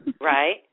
Right